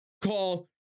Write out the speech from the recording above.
call